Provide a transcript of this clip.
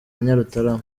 nyarutarama